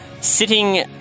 sitting